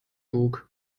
bug